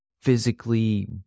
physically